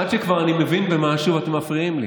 עד שכבר אני מבין במשהו, אתם מפריעים לי.